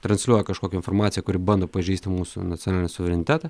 transliuoja kažkokią informaciją kuri bando pažeisti mūsų nacionalinį suverenitetą